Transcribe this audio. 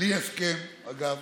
בלי הסכם, אגב.